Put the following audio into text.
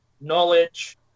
knowledge